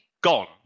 gone